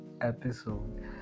episode